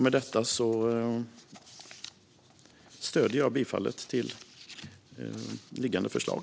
Med detta yrkar jag bifall till liggande förslag.